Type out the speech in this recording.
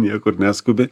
niekur neskubi